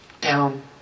Down